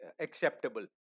acceptable